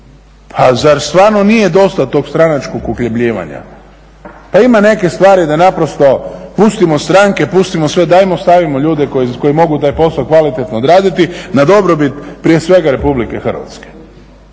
Pa zar stvarno nije dosta tog stranačkog uhljebljivanja. Pa ima nekih stvari da naprosto pustimo stranke, pustimo sve, dajmo stavimo ljude koji mogu taj posao kvalitetno odraditi na dobrobit prije svega Republike Hrvatske.